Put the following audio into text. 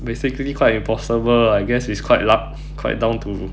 basically quite impossible I guess it's quite luck quite down to